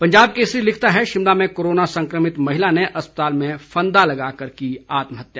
पंजाब केसरी लिखता है शिमला में कोरोना संकमित महिला ने अस्पताल में फंदा लगाकर की आत्महत्या